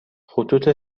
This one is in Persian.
خطوط